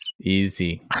Easy